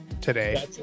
today